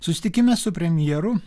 susitikime su premjeru